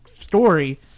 story